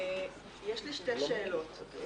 אז צבי האוזר, בבקשה.